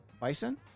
Bison